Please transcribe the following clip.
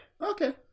Okay